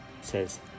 says